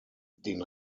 den